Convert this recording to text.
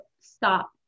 stop